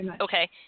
Okay